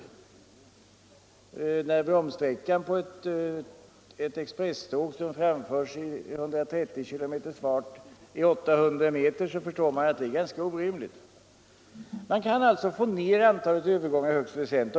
Eftersom bromssträckan för ett expresståg som framförs i 130 kilometers fart är 800 meter, förstår man att det är orimligt att tänka sig att det skall gå att snabbt stanna tåget. Det går alltså att få ner antalet övergångar högst väsentligt.